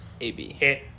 A-B